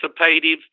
participative